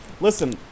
listen